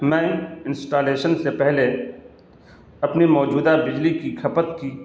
میں انسٹالیشن سے پہلے اپنی موجودہ بجلی کی کھپت کی